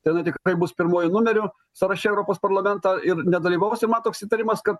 tada tikrai bus pirmuoju numeriu sąraše europos parlamento ir nedalyvaus tai mat toks įtarimas kad